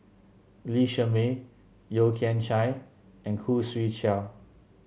Lee Shermay Yeo Kian Chye and Khoo Swee Chiow